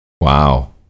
Wow